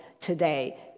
today